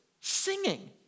Singing